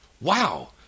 Wow